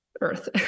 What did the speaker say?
Earth